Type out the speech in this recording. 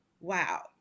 Wow